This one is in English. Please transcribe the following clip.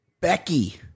Becky